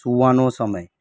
સૂવાનો સમય